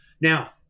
Now